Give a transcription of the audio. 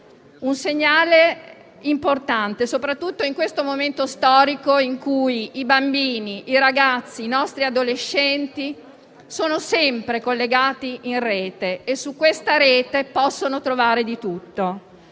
un segnale importante soprattutto in questo momento storico in cui i bambini e gli adolescenti sono sempre collegati in Rete, dove possono trovare di tutto.